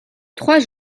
trois